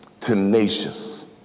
Tenacious